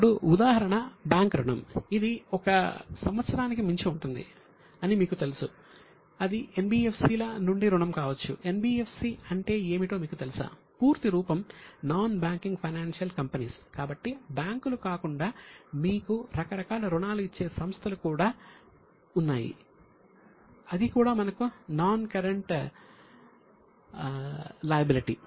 ఇప్పుడు ఉదాహరణ బ్యాంక్ రుణం ఇది 1 సంవత్సరానికి మించి ఉంటుంది అని మీకు తెలుసు అది ఎన్బిఎఫ్సి కాబట్టి బ్యాంకులు కాకుండా మీకు రకరకాల రుణాలు ఇచ్చే సంస్థలు కూడా ఉన్నాయి అది కూడా మనకు నాన్ కరెంట్ లయబిలిటీ